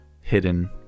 hidden